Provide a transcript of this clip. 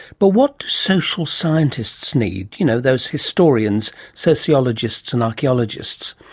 but what do social scientists need, you know those historians, sociologists and archaeologists?